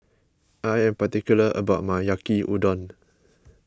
I am particular about my Yaki Udon